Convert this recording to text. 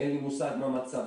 אין לי מושג מה מצבם,